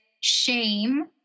shame